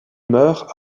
meurt